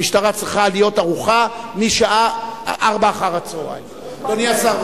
המשטרה צריכה להיות ערוכה משעה 16:00. אדוני השר,